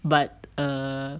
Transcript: but err